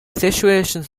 situations